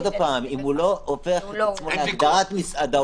אם הוא לא הופך את עצמו להגדרת מסעדה,